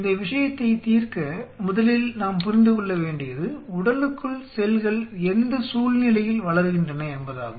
இந்த விஷயத்தைத் தீர்க்க முதலில் நாம் புரிந்துகொள்ள வேண்டியது உடலுக்குள் செல்கள் எந்த சூழ்நிலையில் வளர்கின்றன என்பதாகும்